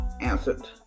answered